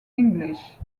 english